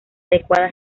adecuada